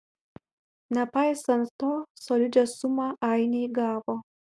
nepaisant to solidžią sumą ainiai gavo